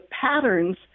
patterns